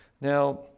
Now